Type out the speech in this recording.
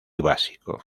básico